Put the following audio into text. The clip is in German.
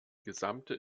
gesamte